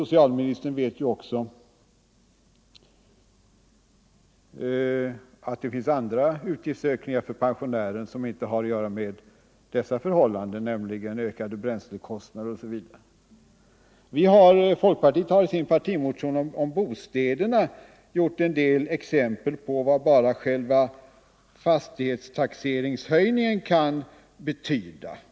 Socialministern vet ju också att det finns andra utgiftsökningar för pensionären som inte har att göra med dessa förhållanden — ökade bränslekostnader osv. Folkpartiet har i sin partimotion om bostäderna visat en del exempel på vad bara själva fastighetstaxeringshöjningen kan betyda.